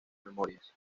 memorias